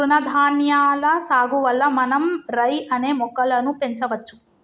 తృణధాన్యాల సాగు వల్ల మనం రై అనే మొక్కలను పెంచవచ్చు